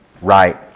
right